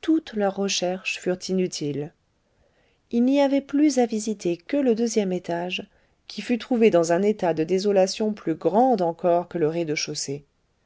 toutes leurs recherches furent inutiles il n'y avait plus à visiter que le deuxième étage qui fut trouvé dans un état de désolation plus grande encore que le rez-de-chaussée